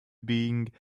being